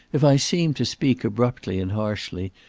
if i seemed to speak abruptly and harshly,